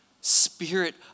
spirit